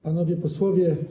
Panowie Posłowie!